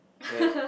at